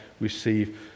receive